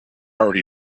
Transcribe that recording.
already